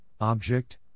object